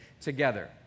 together